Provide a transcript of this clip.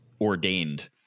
ordained